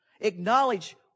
Acknowledge